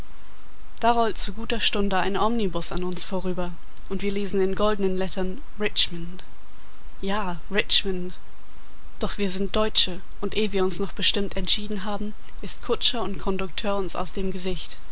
da rollt zu guter stunde ein omnibus an uns vorüber und wir lesen in goldnen lettern richmond ja richmond doch wir sind deutsche und eh wir uns noch bestimmt entschieden haben ist kutscher und kondukteur uns aus dem gesicht